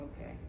Okay